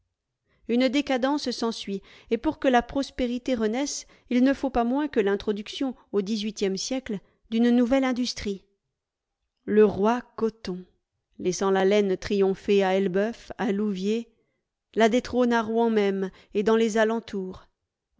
une décadence s'ensuit et pour que la prospérité renaisse il ne faut pas moins que l'introduction au dix-huitième siècle d'une nouvelle industrie le roi coton laissant la laine triom pher à elbeuf à louviers la détrône à rouen même et dans les alentours